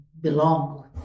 belong